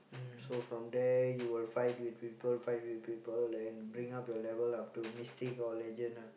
so from there you will fight with people fight with people and bring up your level up to Mystic or Legend ah